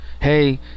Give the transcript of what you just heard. hey